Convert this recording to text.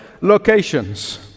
locations